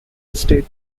estate